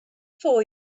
for